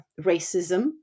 racism